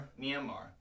Myanmar